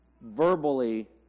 verbally